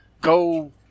go